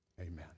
Amen